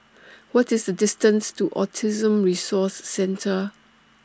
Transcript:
What IS The distance to Autism Resource Centre